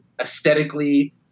aesthetically